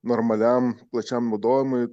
normaliam plačiam naudojimui